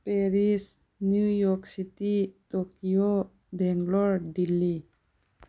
Paris New York city Tokyo Bangalore Delhi